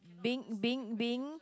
being being being